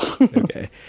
okay